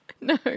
No